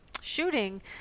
shooting